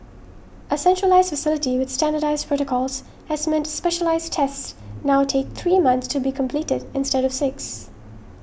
a centralised facility with standardised protocols has meant specialised tests now take three months to be completed instead of six